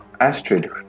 Astrid